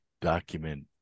document